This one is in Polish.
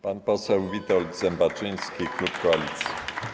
Pan poseł Witold Zembaczyński, klub Koalicji.